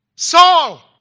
Saul